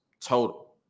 total